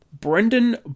Brendan